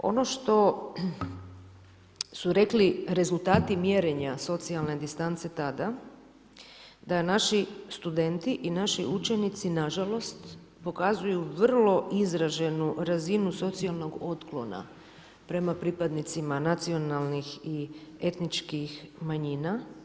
Ono što su rekli rezultati mjerenja socijalne distance tada, da naši studenti i naši učenici, nažalost, pokazuju vrlo izraženu razinu socijalnog otklona prema pripadnicima nacionalnih i etničkih manjina.